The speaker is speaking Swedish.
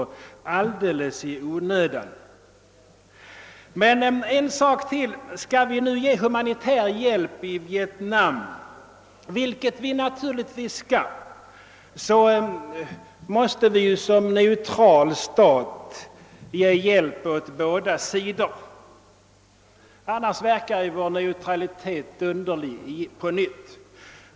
Härtill kommer en annan sak. Om vi skall ge humanitär hjälp i Vietnam — vilket vi naturligtvis skall göra — måste vi som neutral stat ge den hjälpen åt båda sidor. Annars kommer vår neutralitet på nytt i underlig dager.